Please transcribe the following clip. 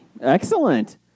Excellent